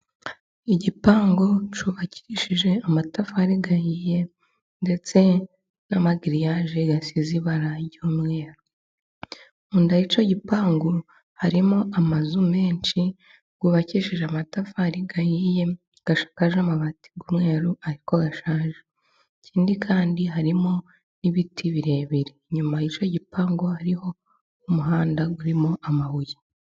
Igipangu cyubakishije amatafari ahiye, ndetse n' amagiriyage asize ibara ry'mweru, mu nda yicyo gipangu harimo amazu menshi, y'ubakishije amatafari ahiye, ashakaje amabati y'umweru ariko ashaje, ikindi kandi harimo n'ibiti birebire, inyuma y'icyo gipangu hariho umuhanda urimo amabuye.